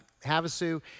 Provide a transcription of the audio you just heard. Havasu